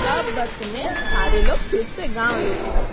तब वक़्त में सारे लोग फिर से गाँव लौटेंगे